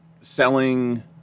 selling